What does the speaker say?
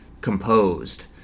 composed